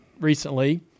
recently